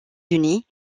unis